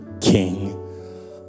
King